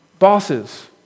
Bosses